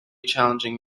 challenging